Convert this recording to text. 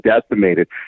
decimated